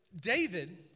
David